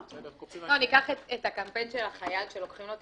--- ניקח את הקמפיין של החייל שלוקחים לו את